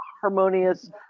harmonious